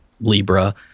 Libra